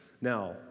Now